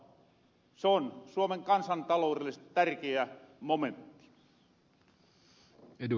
se on suomen kansantalourellisesti tärkeä momentti